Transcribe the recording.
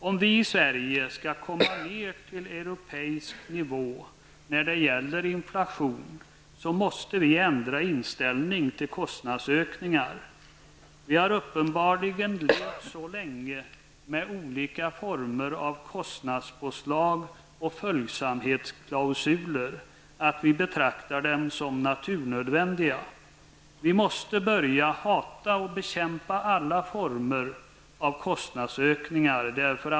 Om vi i Sverige skall komma ned till europeisk nivå när det gäller inflation, måste vi ändra inställning till kostnadsökningar. Vi har uppenbarligen levt så länge med olika former av kostnadspåslag och följsamhetsklausuler att vi betraktar dem som naturnödvändiga. Vi måste börja hata och bekämpa alla former av kostnadsökningar.